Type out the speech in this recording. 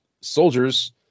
soldiers